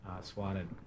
swatted